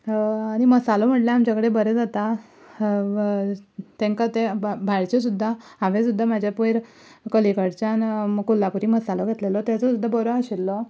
आनी मसालो म्हणल्यार आमचे कडेन बरें जाता तेंका ते भ भायरचे सुद्दां हांवें सुद्दां म्हजे पयर कलेकडच्यान कोल्हापुरी मसालो घेतलेलो तेचो सुद्दां बरो आशिल्लो